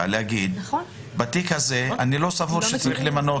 לומר שבתיק הזה הוא לא סבור שצריך למנות.